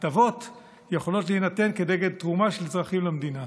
הטבות יכולות להינתן כנגד תרומה של אזרחים למדינה.